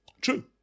True